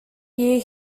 year